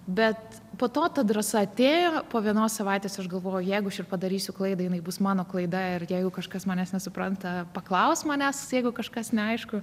bet po to ta drąsa atėjo po vienos savaitės aš galvoju jeigu aš ir padarysiu klaidą jinai bus mano klaida ir jeigu kažkas manęs nesupranta paklaus manęs jeigu kažkas neaišku